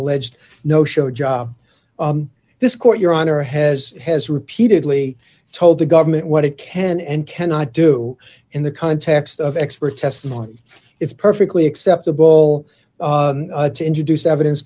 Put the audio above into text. alleged no show job this court your honor has has repeatedly told the government what it can and cannot do in the context of expert testimony it's perfectly acceptable to introduce evidence